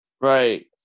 Right